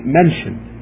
mentioned